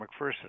McPherson